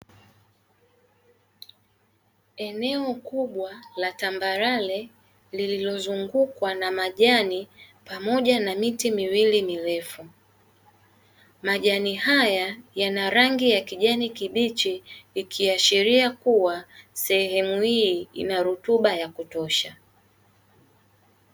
Eneo kubwa la tambarare lililozungukwa na majani, pamoja na miti miwili mirefu, majani haya yana rangi ya kijani kibichi, ikiashiria kuwa sehemu hii ina rutuba ya kutosha.